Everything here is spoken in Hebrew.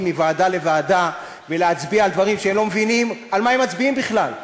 מוועדה לוועדה ולהצביע על דברים כשהם לא מבינים על מה הם מצביעים בכלל,